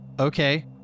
Okay